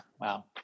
Wow